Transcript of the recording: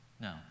No